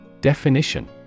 Definition